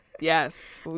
Yes